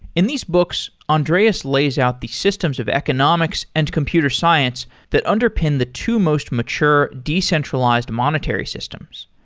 in these books, andreas lays out the systems of economics and computer science that underpin the two most mature, decentralized monetary systems.